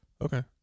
Okay